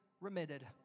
remitted